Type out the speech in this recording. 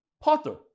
potter